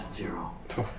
zero